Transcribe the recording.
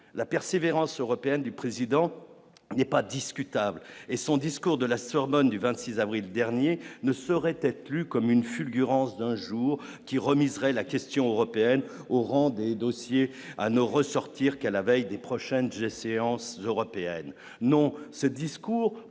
la persévérance européenne du président n'est pas discutable et son discours de la Sorbonne du 26 avril dernier ne serait être plus comme une fulgurance d'un jour qui remis serait la question européenne au rang des dossiers à nos ressortir qu'à la veille des prochaines j'ai séance européenne non ce discours